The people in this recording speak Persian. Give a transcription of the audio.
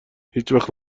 هیچوقت